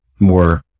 more